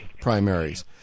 primaries